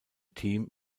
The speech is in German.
team